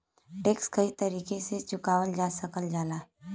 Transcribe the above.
tax कई तरीके से चुकावल जा सकल जाला